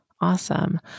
Awesome